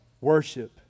worship